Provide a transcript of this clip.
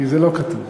כי זה לא כתוב.